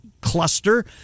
cluster